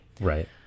right